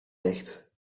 ligt